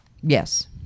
Yes